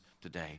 today